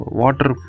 water